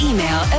Email